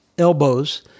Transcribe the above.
elbows